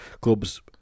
clubs